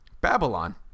Babylon